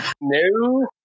No